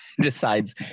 decides